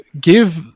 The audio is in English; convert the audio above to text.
give